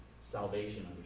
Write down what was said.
salvation